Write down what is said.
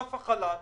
מסוף החל"ת,